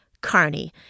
Carney